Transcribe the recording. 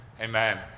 Amen